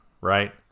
right